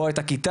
או את הכיתה,